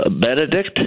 Benedict